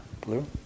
blue